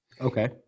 Okay